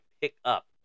pickup